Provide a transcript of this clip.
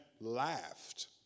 laughed